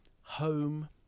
home